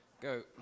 go